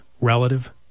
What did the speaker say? relative